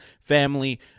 family